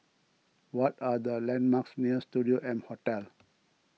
what are the landmarks near Studio M Hotel